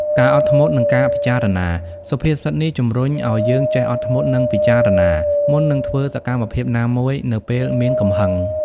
ការអត់ធ្មត់ និងការពិចារណា សុភាសិតនេះជំរុញឲ្យយើងចេះ អត់ធ្មត់ និង ពិចារណា មុននឹងធ្វើសកម្មភាពណាមួយនៅពេលមានកំហឹង។